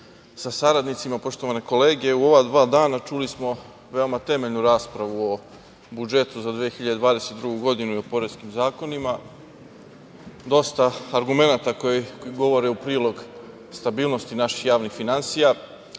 sa saradnicima, poštovane kolege, u ova dva dana čuli smo veoma temeljnu raspravu o budžetu za 2022. godinu i poreskim zakonima. Dosta argumenata koji govore u prilog stabilnosti naših javnih finansija.